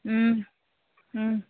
ꯎꯝ ꯎꯝ